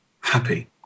happy